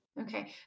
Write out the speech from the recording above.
Okay